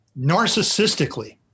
narcissistically